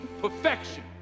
perfection